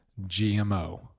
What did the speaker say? GMO